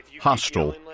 hostile